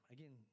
Again